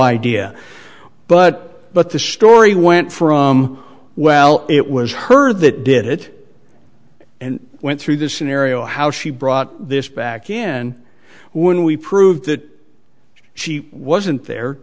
idea but but the story went from well it was her that did it and went through the scenario how she brought this back again when we proved that she wasn't there